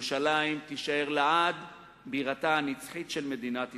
ירושלים תישאר לעד בירתה הנצחית של מדינת ישראל.